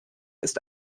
ist